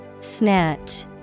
Snatch